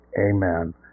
Amen